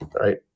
right